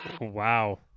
Wow